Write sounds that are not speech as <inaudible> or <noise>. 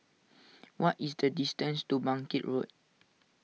<noise> what is the distance to Bangkit Road